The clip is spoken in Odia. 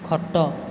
ଖଟ